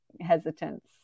hesitance